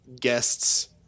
guests